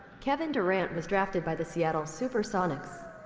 kevin durant was drafted by the seattle super sonics.